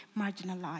marginalized